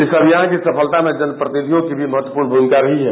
इस अभियान की सफलता में जनप्रतिनिधियों की भी महत्वपूर्ण भूमिका रही है